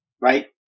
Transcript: right